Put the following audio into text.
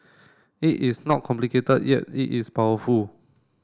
it is not complicated yet it is powerful